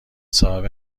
سبب